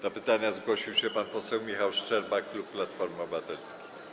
Do pytania zgłosił się pan poseł Michał Szczerba, klub Platformy Obywatelskiej.